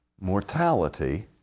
mortality